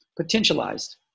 potentialized